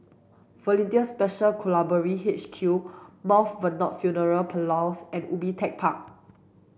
Volunteer Special Constabulary H Q Mt Vernon Funeral Parlours and Ubi Tech Park